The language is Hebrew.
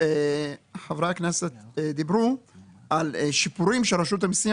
חברי הכנסת דיברו כאן על שיפורים שרשות המיסים